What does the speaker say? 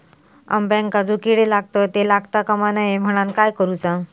अंब्यांका जो किडे लागतत ते लागता कमा नये म्हनाण काय करूचा?